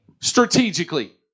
strategically